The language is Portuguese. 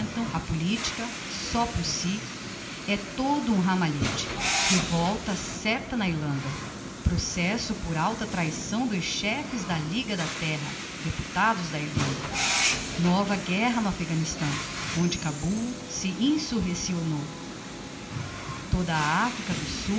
a politica só por si é todo um ramalhete revolta certa na irlanda processo por alta traição dos chefes da liga da terra deputados da irlanda nova guerra no afghanistan onde cabul se insurreccionou toda a africa do sul